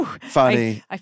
Funny